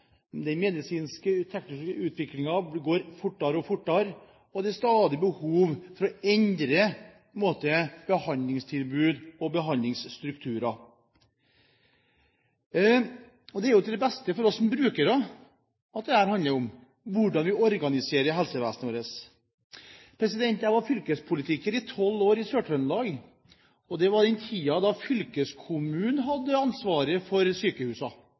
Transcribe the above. den medisinske og tekniske utviklingen går fortere og fortere, og det er stadig behov for å endre behandlingstilbud og behandlingsstrukturer. Det er jo til det beste for oss som brukere alt dette handler om – hvordan vi organiserer helsevesenet vårt. Jeg var fylkespolitiker i tolv år i Sør-Trøndelag, og det var den tiden da fylkeskommunen hadde ansvaret for